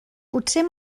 potser